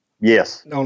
Yes